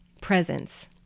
presence